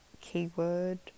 keyword